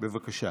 בבקשה,